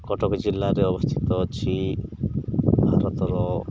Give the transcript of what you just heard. କଟକ ଜିଲ୍ଲାରେ ଅବସ୍ଥିତ ଅଛି ଭାରତର